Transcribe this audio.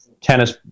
tennis